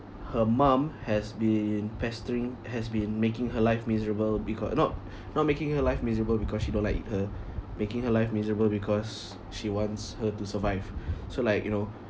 her mum has been pestering has been making her life miserable because not not making her life miserable because she don't like her making her life miserable because she wants her to survive so like you know